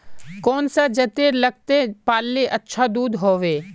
कौन सा जतेर लगते पाल्ले अच्छा दूध होवे?